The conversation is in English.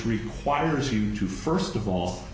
requires you to first of all